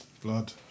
Blood